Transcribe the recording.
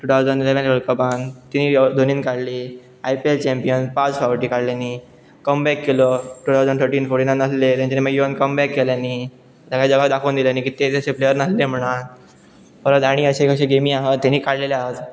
two thousand eleven world कपान तिवूय धोनीन काडली आय पी एल चँम्पियन पांच फावटी काडले न्ही कमबॅक केलो टू ठाउजंड थटीन फोर्टिनान आसलें तेंचेनी मागी योवन कम बॅक केंलेनी सगल्या जगा दाखोव दिंलें कितें तें तशे प्लेयर नासले म्हण परत आनी अशे कशे गेमी आहा तेणीय काडलेल्या आहात